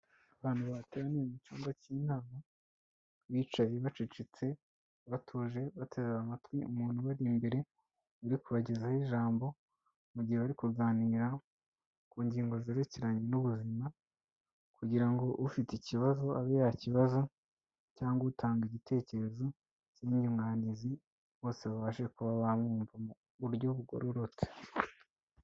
Abantu bateraniye mu cyumba cy'inama, bicaye bacecetse batuje bateze amatwi umuntu ubari imbere uri kubagezaho ijambo, mu gihe bari kuganira ku ngingo zerekeranye n'ubuzima kugira ngo ufite ikibazo abe ya kibazo cyangwa utanga igitekerezo cy'inyunganizi, bose babashe kuba bamwumva mu buryo bugororotse.